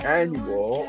annual